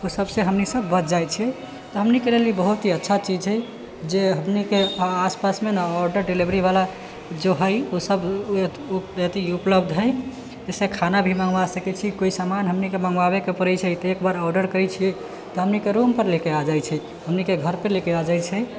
तऽ सबसे हमनी सब बचि जाय छियै तऽ हमनीके लेल ई बहुत ही अच्छा चीज छै जे हमनीके आस पासमे ने ऑर्डर डीलिवरीबाला जो हइ ओ सब ओ अथी उपलब्ध हइ जैसे खाना भी मङ्गबा सकैत छी कोइ समान हमनीके मङ्गबाबैके पड़ैत छै तऽ एक बार ऑर्डर करैत छियै तऽ हमनीके रूम पर लेके आ जाइत छै हमनीके घर पर लेके आ जाइत छै